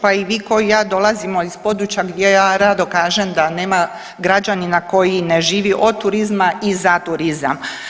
Pa i vi ko i ja dolazimo iz područja gdje ja rado kažem da nema građanina koji ne živi od turizma i za turizam.